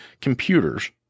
computers